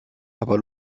aber